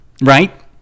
right